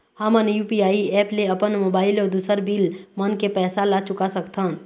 हमन UPI app ले अपन मोबाइल अऊ दूसर बिल मन के पैसा ला चुका सकथन